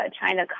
China